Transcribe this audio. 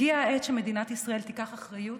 הגיעה העת שמדינת ישראל תיקח אחריות